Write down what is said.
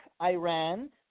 Iran